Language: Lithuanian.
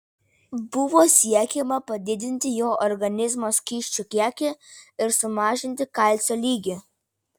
buvo siekiama padidinti jo organizmo skysčių kiekį ir sumažinti kalcio lygį